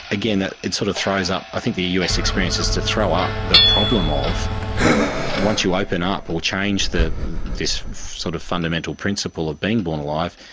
again, it sort of throws up, i think the us experience is to throw up the problem of once you open up or change this sort of fundamental principle of being born alive,